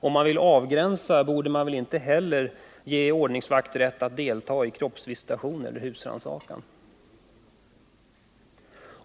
Om man vill avgränsa, borde man väl inte heller ge ordningsvakt rätt att delta i kroppsvisitation eller husrannsakan.